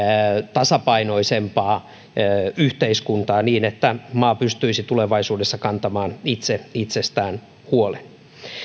tasapainoisempaa yhteiskuntaa niin että maa pystyisi tulevaisuudessa kantamaan itse itsestään huolen